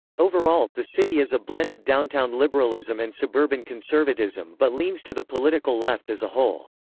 overall, the city is a blend of downtown liberalism and suburban conservatism but leans to the political left as a whole.